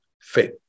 faith